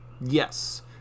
Yes